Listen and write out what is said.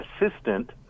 assistant